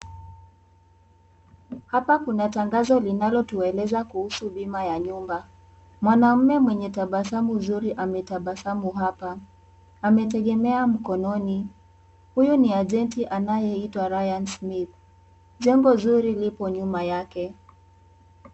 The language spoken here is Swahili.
Hapa kuna tangazo linalotieleza kuhusu bima ya nyumba, mwanamme mwenye tabasamu nzuri ametabasamu hapa, amategemea mkononi, huyu ni agenti anayeitwa Rayan Smith, jambo nzuri lipo nyuma yake.